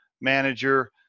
manager